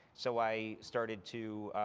so i started to